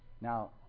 Now